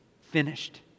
finished